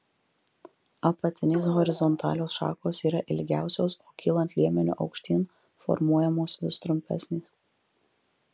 apatinės horizontalios šakos yra ilgiausios o kylant liemeniu aukštyn formuojamos vis trumpesnės